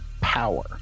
power